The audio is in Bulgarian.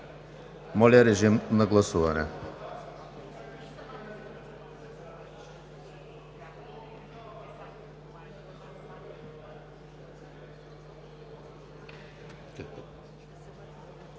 Моля, режим на гласуване.